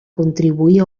contribuir